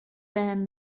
بهم